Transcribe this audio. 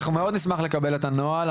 אנחנו מאוד נשמח לקבל את הנוהל.